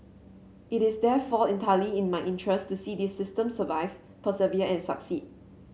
it is therefore entirely in my interest to see this system survive persevere and succeed